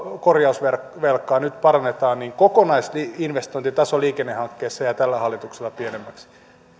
korjausvelkaa nyt parannetaan kokonaisinvestointitaso liikennehankkeissa jää tällä hallituksella pienemmäksi